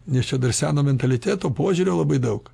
nes čia dar seno mentaliteto požiūrio labai daug